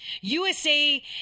USA